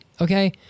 okay